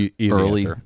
Early